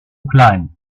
klein